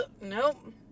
nope